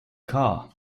car